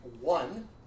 one